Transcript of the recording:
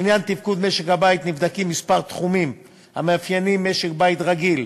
לעניין תפקוד במשק-הבית נבדקים מספר תחומים המאפיינים משק-בית רגיל,